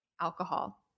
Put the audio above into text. Alcohol